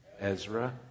Ezra